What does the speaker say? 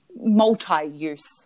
multi-use